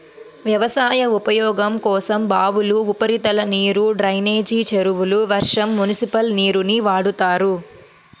వ్యవసాయ ఉపయోగం కోసం బావులు, ఉపరితల నీరు, డ్రైనేజీ చెరువులు, వర్షం, మునిసిపల్ నీరుని వాడతారు